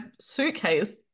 suitcase